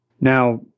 Now